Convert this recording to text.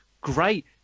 great